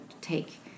take